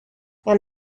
and